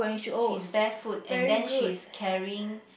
she's barefoot and then she's carrying